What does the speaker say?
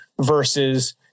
versus